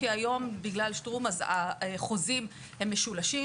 כי היום בגלל שטרום אז החוזים הם משולשים,